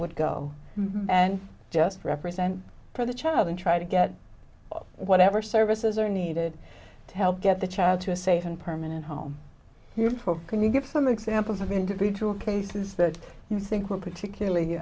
go and just represent for the child and try to get whatever services are needed to help get the child to a safe and permanent home you can you give some examples of individual cases that you think were particularly